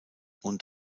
und